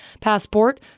passport